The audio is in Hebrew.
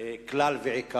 מכול וכול,